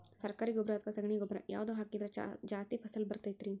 ಸರಕಾರಿ ಗೊಬ್ಬರ ಅಥವಾ ಸಗಣಿ ಗೊಬ್ಬರ ಯಾವ್ದು ಹಾಕಿದ್ರ ಜಾಸ್ತಿ ಫಸಲು ಬರತೈತ್ರಿ?